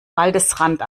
waldesrand